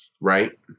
right